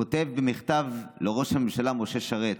שכתב במכתב לראש הממשלה משה שרת: